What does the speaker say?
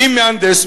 אם מהנדס,